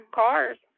cars